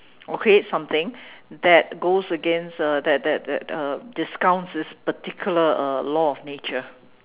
or create something that goes against uh that that that uh discounts this particular uh law of nature